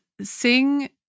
sing